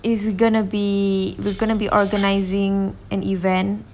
is going to be we're going to be organising an event